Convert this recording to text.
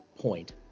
point